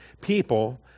people